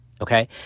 okay